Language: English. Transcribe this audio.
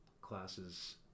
classes